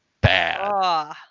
bad